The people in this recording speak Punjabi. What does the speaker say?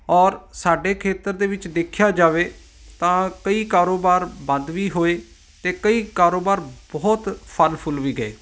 ਔਰ ਸਾਡੇ ਖੇਤਰ ਦੇ ਵਿੱਚ ਦੇਖਿਆ ਜਾਵੇ ਤਾਂ ਕਈ ਕਾਰੋਬਾਰ ਬੰਦ ਵੀ ਹੋਏ ਅਤੇ ਕਈ ਕਾਰੋਬਾਰ ਬਹੁਤ ਫਲ ਫੁੱਲ ਵੀ ਗਏ